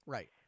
Right